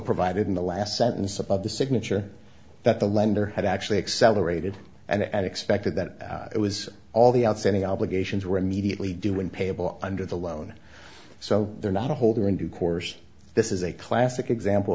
provided in the last sentence above the signature that the lender had actually accelerated and expected that it was all the outstanding obligations were immediately do when payable under the loan so they're not a holder in due course this is a classic example